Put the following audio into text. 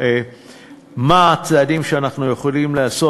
מה הצעדים שאנחנו יכולים לעשות.